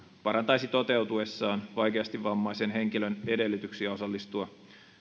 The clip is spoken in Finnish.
parantaisi toteutuessaan vaikeasti vammaisen henkilön edellytyksiä osallistua